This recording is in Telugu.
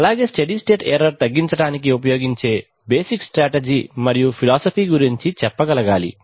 అలాగే స్టెడీ స్టేట్ ఎర్రర్ తగ్గించడానికి ఉపయోగించే బేసిక్ స్ట్రెటజీ మరియు ఫిలాసోఫి గురించి చెప్పగలగాలి